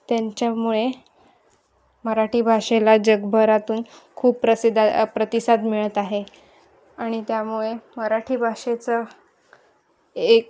त्यांच्यामुळे मराठी भाषेला जगभरातून खूप प्रसिद्ध प्रतिसाद मिळत आहे आणि त्यामुळे मराठी भाषेचं एक